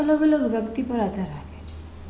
અલગ અલગ વ્યક્તિ પર આધાર રાખે છે